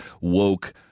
woke